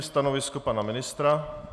Stanovisko pana ministra?